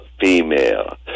female